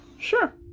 Sure